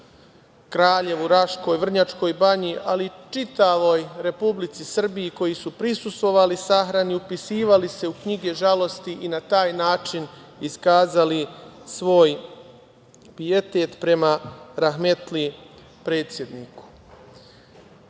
Kraljevu, Raškoj, Vrnjačkoj Banji, ali i čitavoj Republici Srbiji koji su prisustvovali sahrani, upisivali se u knjige žalosti i na taj način iskazali svoj pietet prema rahmetli predsedniku. Nije